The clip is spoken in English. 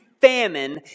famine